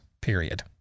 period